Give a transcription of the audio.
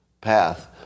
path